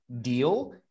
deal